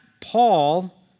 Paul